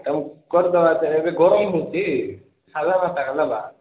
ଆଉ କରିଦବା ଯେ ଏବେ ଗରମ ହେଉଛି ସାଧା ଭାତ ଅଲଗା